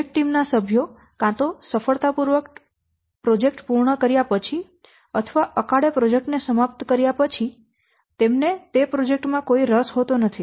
project team ના સભ્યો કાં તો સફળતાપૂર્વક પ્રોજેક્ટ પૂર્ણ કર્યા પછી અથવા અકાળે પ્રોજેક્ટ ને સમાપ્ત કર્યા પછી તેમને તે પ્રોજેક્ટ માં કોઈ રસ હોતો નથી